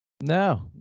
No